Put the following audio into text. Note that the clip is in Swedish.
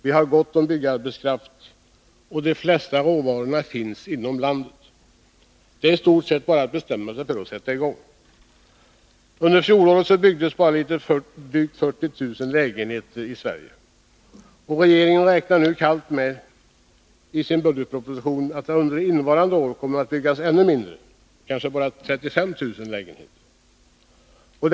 Vi har gott om byggarbetskraft, och de flesta råvarorna finns inom landet. Det är i stort sett bara att bestämma sig för att sätta i gång. Under fjolåret byggdes det bara drygt 40 000 lägenheter i vårt land. Och regeringen räknar i budgetpropositionen med att det under innevarande år kommer att byggas ännu färre, kanske bara 35 000 lägenheter.